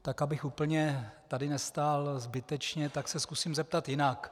Tak abych tu úplně nestál zbytečně, tak se zkusím zeptat jinak.